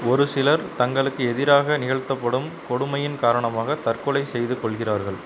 ஒரு சிலர் தங்களுக்கு எதிராக நிகழ்த்தப்படும் கொடுமையின் காரணமாக தற்கொலை செய்துக்கொள்கிறார்கள்